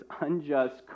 unjust